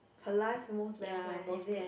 her life move best meh is it